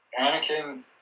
Anakin